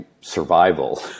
survival